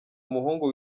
umuhungu